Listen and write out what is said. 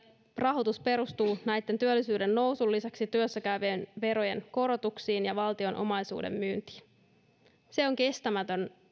rahoitus perustuu työllisyyden nousun lisäksi työssä käyvien verojen korotuksiin ja valtion omaisuuden myyntiin se on kestämätön